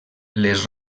les